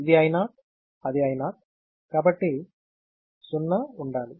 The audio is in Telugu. ఇది I0 అది I0 కాబట్టి 0 ఉండాలి